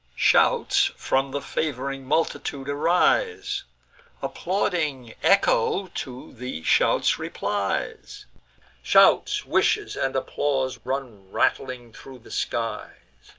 shouts from the fav'ring multitude arise applauding echo to the shouts replies shouts, wishes, and applause run rattling thro' the skies.